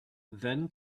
then